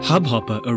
Hubhopper